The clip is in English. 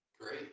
great